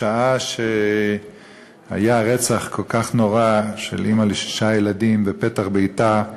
בשעה שהיה רצח כל כך נורא של אימא לשישה ילדים בפתח ביתה,